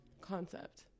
concept